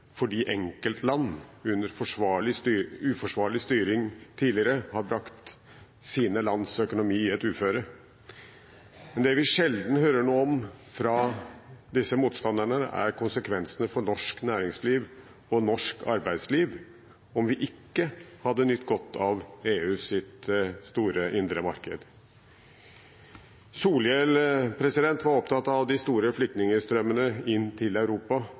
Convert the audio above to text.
fordi enkeltland på grunn av uforsvarlig styring tidligere har brakt sitt lands økonomi i et uføre. Det vi sjelden hører noe om fra disse motstanderne, er konsekvensene for norsk næringsliv og norsk arbeidsliv om vi ikke hadde nytt godt av EUs store indre marked. Solhjell var opptatt av de store flyktningstrømmene inn til Europa,